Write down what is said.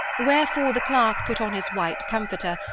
wherefore the clerk put on his white comforter,